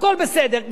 הכול בסדר.